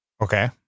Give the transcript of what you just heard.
okay